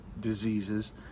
diseases